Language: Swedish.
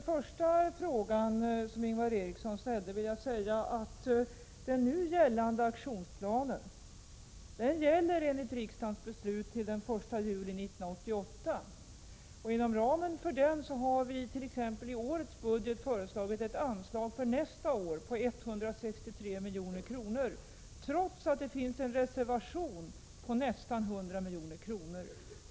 Fru talman! På Ingvar Erikssons första fråga vill jag svara att den nuvarande aktionsplanen enligt riksdagens beslut gäller till den 1 juli 1988. Inom ramen för den har vi exempelvis i årets budget föreslagit ett anslag för nästa år på 163 milj.kr., trots att det finns en reservation på nästan 100 milj.kr.